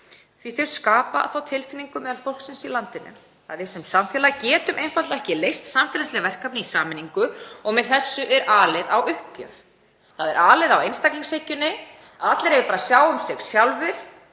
að þau skapa þá tilfinningu meðal fólksins í landinu að við sem samfélag getum einfaldlega ekki leyst samfélagsleg verkefni í sameiningu og með þessu er alið á uppgjöf. Það er alið á einstaklingshyggjunni, að allir eigi bara að sjá um sig sjálfir.